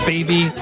Baby